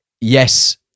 yes